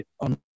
on